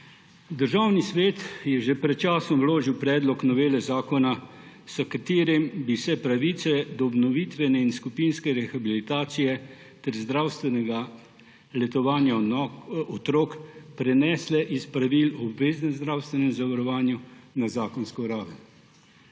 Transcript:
Državni svet je že pred časom vložil predlog novele zakona, s katerim bi se pravice do obnovitvene in skupinske rehabilitacije ter zdravstvenega letovanja otrok prenesle iz pravil v obveznem zdravstvenem zavarovanju na zakonsko raven.